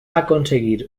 aconseguir